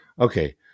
Okay